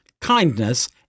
kindness